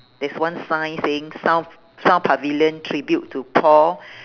there's one sign saying south south pavilion tribute to paul